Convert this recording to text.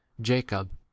jacob